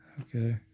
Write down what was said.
Okay